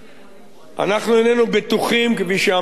אנחנו איננו בטוחים, כפי שאמרתי בדברי,